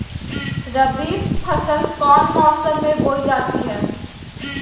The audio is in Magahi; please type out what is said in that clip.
रबी फसल कौन मौसम में बोई जाती है?